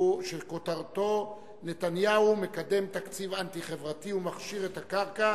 כותרתה: נתניהו מקדם תקציב אנטי-חברתי ומכשיר את הקרקע